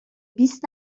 بیست